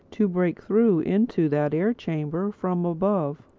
to break through into that air-chamber from above.